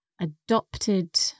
Adopted